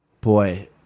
boy